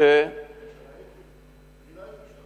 אני לא הייתי שם.